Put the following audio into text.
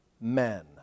men